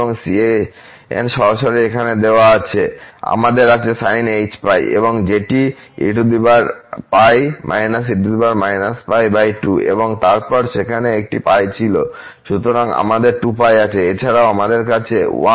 সুতরাং cn সরাসরি এখানে দেওয়া আছে এবং এই হয় cn আমাদের আছে Sinh π এবং যেটি এবং তারপর সেখানে একটি π ছিল সুতরাং আমাদের 2 π আছে এছাড়াও আমাদের আছে1